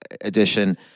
edition